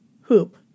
hoop